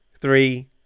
three